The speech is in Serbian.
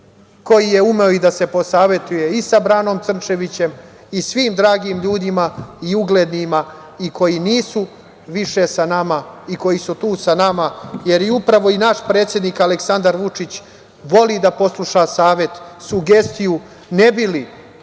koji je umeo i da se posavetuje i sa Branom Crnčevićem i svim dragim ljudima i uglednima i koji nisu više sa nama i koji su tu sa nama, jer upravo i naš predsednik Aleksandar Vučić voli da posluša savet, sugestiju ne bi li